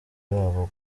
babo